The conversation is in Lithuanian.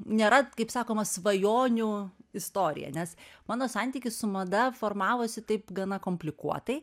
nėra kaip sakoma svajonių istorija nes mano santykis su mada formavosi taip gana komplikuotai